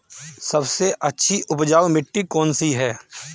सबसे अच्छी उपजाऊ मिट्टी कौन सी है?